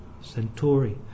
Centauri